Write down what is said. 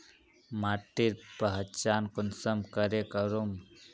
माटिर पहचान कुंसम करे करूम?